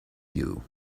you